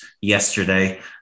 yesterday